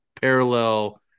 parallel